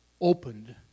opened